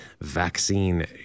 vaccine